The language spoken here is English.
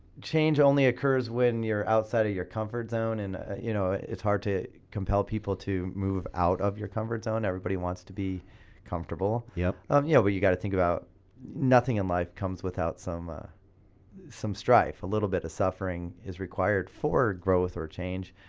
change only occurs when you're outside of your comfort zone and you know it's hard to compel people to move out of your comfort zone everybody wants to be comfortable. yeah um you know but you gotta think about nothing in life comes without some ah some strife, a little bit of suffering is required for growth or change.